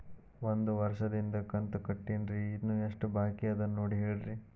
ಒಂದು ವರ್ಷದಿಂದ ಕಂತ ಕಟ್ಟೇನ್ರಿ ಇನ್ನು ಎಷ್ಟ ಬಾಕಿ ಅದ ನೋಡಿ ಹೇಳ್ರಿ